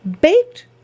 baked